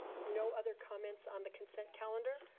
no other comments on the consent calendar?